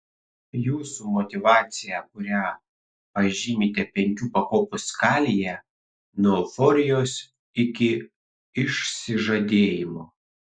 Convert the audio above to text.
jūsų motyvacija kurią pažymite penkių pakopų skalėje nuo euforijos iki išsižadėjimo